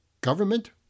government